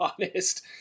honest